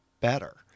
better